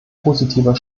positiver